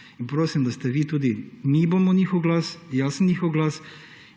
ker jih je najbolj sram. Mi bomo njihov glas, jaz sem njihov glas